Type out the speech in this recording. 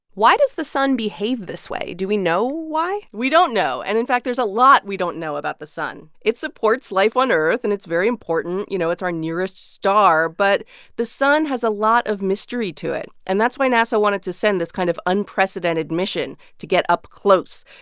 why does the sun behave this way? do we know why? we don't know. and in fact, there's a lot we don't know about the sun. it supports life on earth, and it's very important. you know, it's our nearest star. but the sun has a lot of mystery to it, and that's why nasa wanted to send this kind of unprecedented mission to get up close.